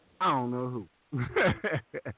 I-don't-know-who